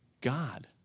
God